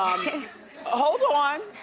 hold on.